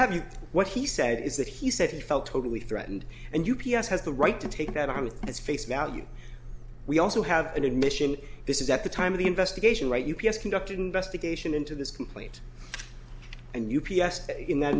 have you what he said is that he said he felt totally threatened and u p s has the right to take that on its face value we also have an admission this is at the time of the investigation right u p s conducted an investigation into this complaint and u p s in that